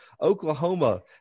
Oklahoma